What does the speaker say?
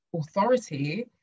authority